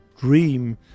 dream